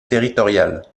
territoriales